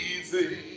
easy